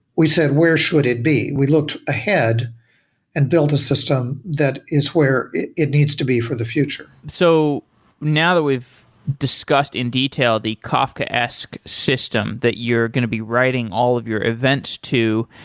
we said, where should it be? we looked ahead and build a system that is where it it needs to be for the future so now that we've discussed in detail the kafkaesque system that you're going to be writing all of your events to,